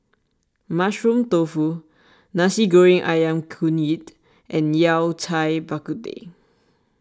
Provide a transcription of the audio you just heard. Mushroom Tofu Nasi Goreng Ayam Kunyit and Yao Cai Bak Kut Teh